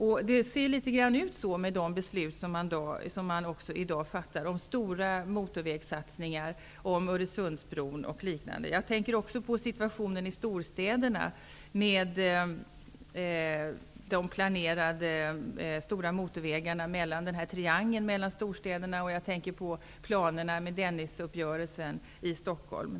Det förhåller sig på liknande sätt med de beslut som i dag fattas om bl.a. stora motorvägssatsningar och om Öresundsbron. Jag tänker också på situationen i storstäderna med de planerade stora motorvägarna i triangeln mellan storstäderna och på Dennisuppgörelsen i Stockholm.